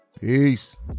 peace